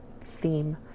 theme